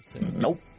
Nope